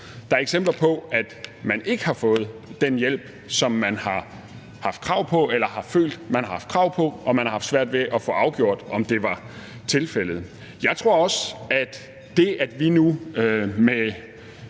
Der er eksempler på, at man ikke har fået den hjælp, som man har haft krav på, eller som man har følt at man har haft krav på, og man har haft svært ved at få afgjort, om det var tilfældet. Jeg tror jo også, at vi nu